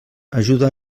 ajuda